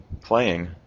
playing